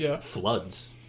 floods